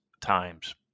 times